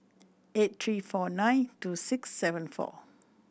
eight three four nine two six seven four